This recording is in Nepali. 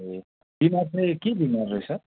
ए बिमार चाहिँ के बिमार रहेछ